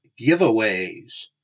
giveaways